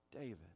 David